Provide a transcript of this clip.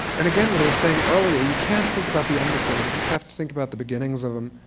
and again, what i was saying earlier, you can't think about the end of things. you just have to think about the beginnings of them.